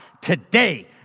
today